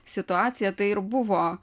situacija tai ir buvo